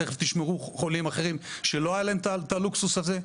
תכף תשמעו חולים אחרים שלא היה להם את הלוקסוס הזה.